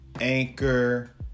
Anchor